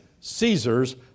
Caesar's